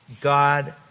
God